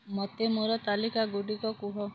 ମୋତେ ମୋର ତାଲିକାଗୁଡ଼ିକ କୁହ